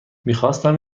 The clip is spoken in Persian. میخواستم